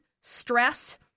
stress